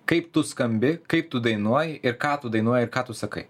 kaip tu skambi kaip tu dainuoji ir ką tu dainuoji ir ką tu sakai